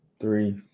three